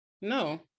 No